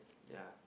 ya